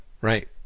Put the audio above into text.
Right